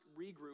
regroup